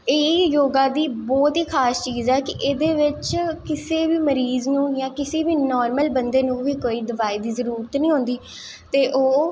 एह् योगा दी बौह्त ही खास चीज़ ऐ कि एह्दे बिच्च किसे बीा मरीज़ नू जां किसे बी नॉर्मल बंदे नू दवाई दी जरूर नी होंदी ते ओह्